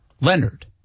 Leonard